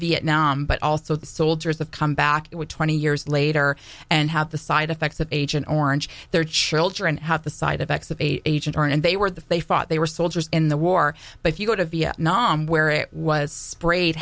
vietnam but also the soldiers have come back it would twenty years later and have the side effects of agent orange their children have the side effects of agent orange and they were that they thought they were soldiers in the war but if you go to vietnam where it was sprayed